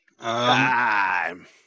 Time